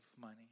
money